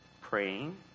praying